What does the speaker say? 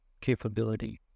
capability